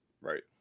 Right